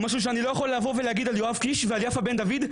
שזה משהו שאני לא יכול להגיד על יואב קיש ועל יפה בן דוד.